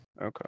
Okay